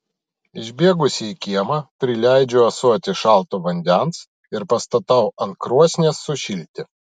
išbėgusi į kiemą prileidžiu ąsotį šalto vandens ir pastatau ant krosnies sušilti